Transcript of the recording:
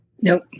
Nope